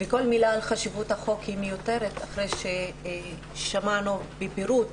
כל מילה על חשיבות החוק מיותרת אחרי ששמענו בפירוט